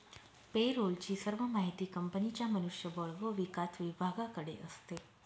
पे role ची सर्व माहिती कंपनीच्या मनुष्य बळ व विकास विभागाकडे असते